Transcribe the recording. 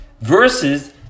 Versus